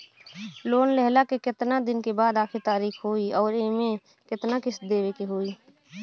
Loan लेहला के कितना दिन के बाद आखिर तारीख होई अउर एमे कितना किस्त देवे के होई?